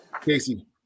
Casey